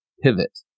pivot